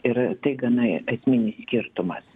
ir tai gana esminis skirtumas